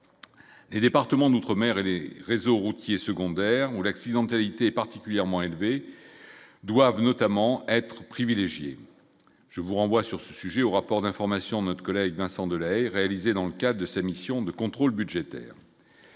et départements d'outre-mer et les réseaux routiers secondaires ou l'accidentalité particulièrement élevé doivent notamment être privilégiée, je vous renvoie sur ce sujet au rapport d'information notre collègue Vincent Delahaye, dans le cas de sa mission de contrôle budgétaire.